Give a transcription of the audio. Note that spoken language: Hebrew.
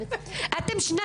לא, זה לא זלזול בציבור.